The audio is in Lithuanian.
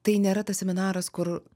tai nėra tas seminaras kur